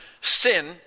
Sin